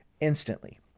instantly